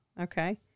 Okay